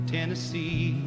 Tennessee